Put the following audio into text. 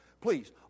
Please